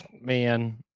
man